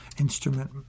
instrument